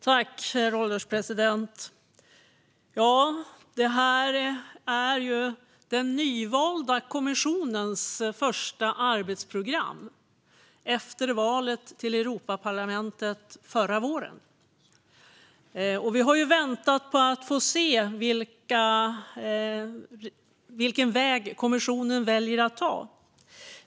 Herr ålderspresident! Detta är den nyvalda kommissionens första arbetsprogram efter valet till Europaparlamentet förra våren. Vi har väntat på att få se vilken väg kommissionen ska välja att ta.